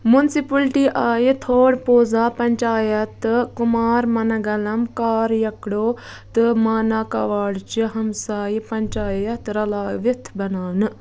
municipality آیہِ تھٲرڑ پوزا پنٛچایت تہٕ کُمارمنٛگلم کاریکڈو تہٕ ماناکاوڈچہِ ہمسایہِ پنٛچایت رلٲوِتھ بناونہٕ